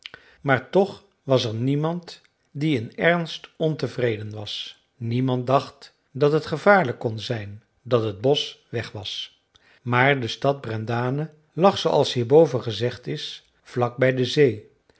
maar toch was er niemand die in ernst ontevreden was niemand dacht dat het gevaarlijk kon zijn dat het bosch weg was maar de stad brendane lag zooals hierboven gezegd is vlak bij de zee